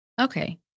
Okay